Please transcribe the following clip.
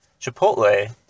Chipotle